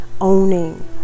owning